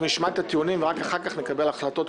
נשמע את הטיעונים ורק אחר כך נקבל את ההחלטות,